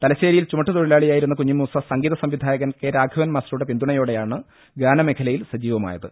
തലശ്ശേരിയിൽ ചുമ ട്ടുതൊഴിലാളിയായിരുന്ന കുഞ്ഞിമൂസ സംഗീത സംവിധായ കൻ കെ രാഘവൻമാസുറുടെ പിന്തുണയോടെയാണ് ഗാനമേ ഖലയിൽ സജീവമായത്